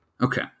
Okay